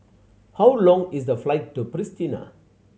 how long is the flight to Pristina